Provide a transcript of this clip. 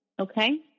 Okay